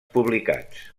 publicats